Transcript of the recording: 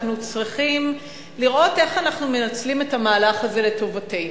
אנחנו צריכים לראות איך אנחנו מנצלים את המהלך הזה לטובתנו.